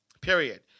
Period